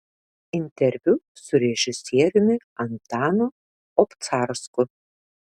interviu su režisieriumi antanu obcarsku